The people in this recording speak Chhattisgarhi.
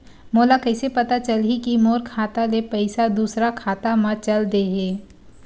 मोला कइसे पता चलही कि मोर खाता ले पईसा दूसरा खाता मा चल देहे?